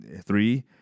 three